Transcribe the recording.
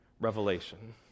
revelation